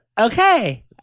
okay